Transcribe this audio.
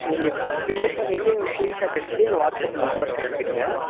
நீங்கள் பே பண்ணிவிட்டு எங்களுக்கு ஷீன் ஷாட் எடுத்து என் வாட்ஸ்அப் இந்த நம்பருக்கு அனுப்பிடுங்க